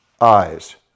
eyes